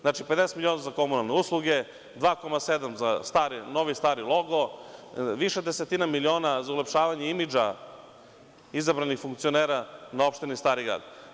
Znači, 50 miliona za komunalne usluge, 2,7 za novi – stari logo, više desetina miliona za ulepšavanje imidža izabranih funkcionera na opštini Stari grad.